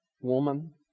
woman